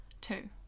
Two